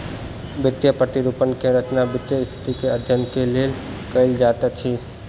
वित्तीय प्रतिरूपण के रचना वित्तीय स्थिति के अध्ययन के लेल कयल जाइत अछि